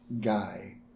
guy